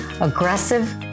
aggressive